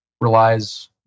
relies